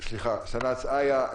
סנ"צ איה,